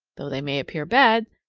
though they may appear bad,